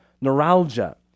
neuralgia